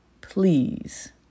Please